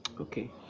Okay